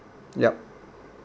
yup